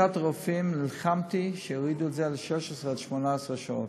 בשביתת הרופאים נלחמתי שיורידו את זה ל-16 18 שעות.